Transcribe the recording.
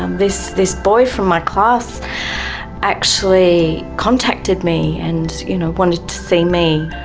and this this boy from my class actually contacted me and you know wanted to see me,